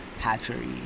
hatchery